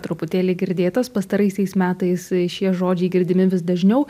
truputėlį girdėtas pastaraisiais metais šie žodžiai girdimi vis dažniau